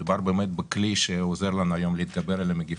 מדובר בכלי שעוזר לנו היום להתגבר על המגפה.